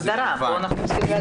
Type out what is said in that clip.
צריך להגדיר.